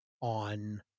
on